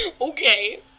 Okay